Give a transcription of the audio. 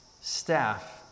staff